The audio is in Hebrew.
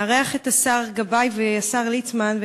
מארח את השר גבאי והשר ליצמן,